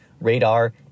radar